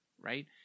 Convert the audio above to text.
right